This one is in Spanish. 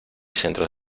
centros